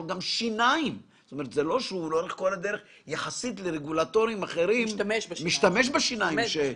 שיניים שיחסית לרגולטורים אחרים הוא משתמש בהן.